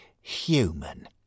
human